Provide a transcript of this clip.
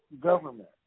government